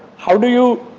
how do you